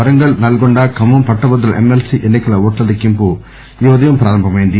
వరంగల్ నల్గొండ ఖమ్మం పట్టభద్రుల ఎమ్మెల్సీ ఎన్నికల ఓట్ల లెక్కింపు ఈ ఉదయం ప్రారంభమైంది